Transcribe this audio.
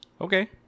okay